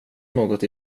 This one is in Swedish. något